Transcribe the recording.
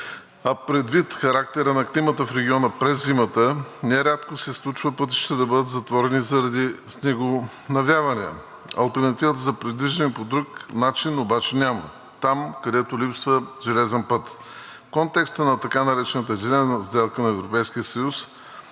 А предвид характера на климата в региона през зимата, нерядко се случва пътищата да бъдат затворени заради снегонавявания. Алтернатива за придвижване по друг начин там, където липсва железен път обаче, няма. В контекста на така наречената зелена сделка на Европейския съюз